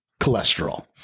cholesterol